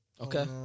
Okay